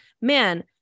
man